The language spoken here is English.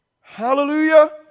Hallelujah